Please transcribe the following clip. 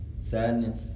Sadness